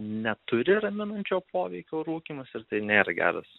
neturi raminančio poveikio rūkymas ir tai nėra geras